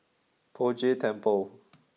Poh Jay Temple